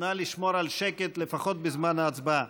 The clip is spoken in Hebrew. נא לשמור על שקט לפחות בזמן ההצבעה.